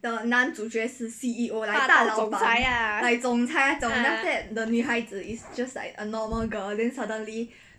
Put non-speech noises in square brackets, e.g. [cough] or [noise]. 大总裁 ah ah [noise]